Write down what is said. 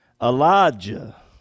Elijah